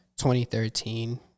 2013